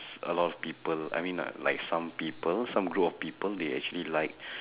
a lot of people I mean uh like some people some group of people they actually like